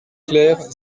clair